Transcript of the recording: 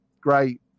Great